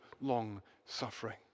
long-suffering